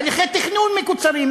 הליכי תכנון מקוצרים,